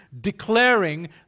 declaring